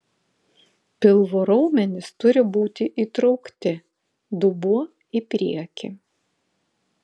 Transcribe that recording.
pilvo raumenys turi būti įtraukti dubuo į priekį